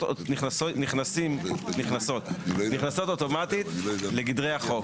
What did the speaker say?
נכנסות אוטומטית לגדרי החוק.